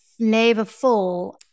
flavorful